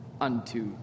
unto